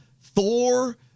Thor